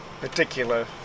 particular